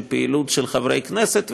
של פעילות של חברי כנסת,